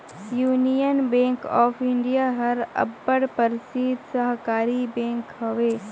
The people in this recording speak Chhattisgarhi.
यूनियन बेंक ऑफ इंडिया हर अब्बड़ परसिद्ध सहकारी बेंक हवे